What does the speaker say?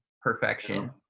perfection